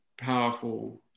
powerful